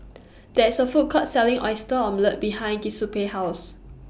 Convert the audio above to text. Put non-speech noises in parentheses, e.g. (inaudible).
(noise) There IS A Food Court Selling Oyster Omelette behind Giuseppe's House